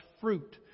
fruit